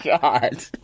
God